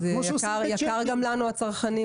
בסופו של דבר זה טוב גם לנו הצרכנים.